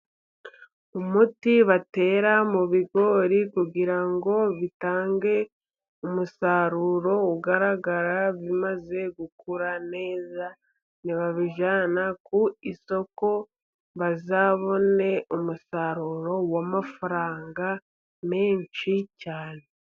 Umuti batera mu bigori kugira ngo bitange umusaruro, ugaragara bimaze gukura neza, nibabijyana ku isoko, bazabone umusaruro wamafaranga menshi cyane.